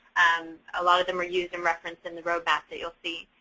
um a lot of them are used in reference in the roadmap that you'll see.